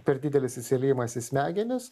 per didelis įsiliejimas į smegenis